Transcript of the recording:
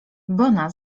bona